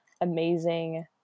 amazing